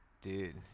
Dude